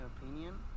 opinion